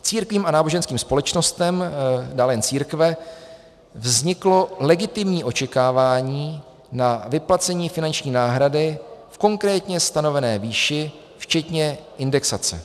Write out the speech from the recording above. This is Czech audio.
Církvím a náboženským společnostem, dále jen církve, vzniklo legitimní očekávání na vyplacení finanční náhrady v konkrétně stanovené výši včetně indexace.